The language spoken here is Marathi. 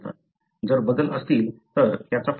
जर बदल असतील तर त्याचा परिणाम होईल का